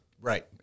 Right